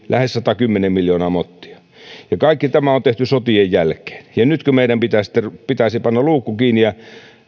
lähes satakymmentä miljoonaa mottia ja kaikki tämä on tehty sotien jälkeen nytkö meidän pitäisi panna luukku kiinni ja